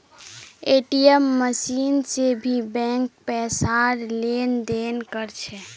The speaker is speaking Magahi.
ए.टी.एम मशीन से भी बैंक पैसार लेन देन कर छे